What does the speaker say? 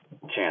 chance